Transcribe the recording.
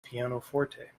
pianoforte